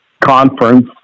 conference